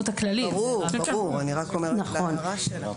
ברור, אני רק אומרת להבהרה.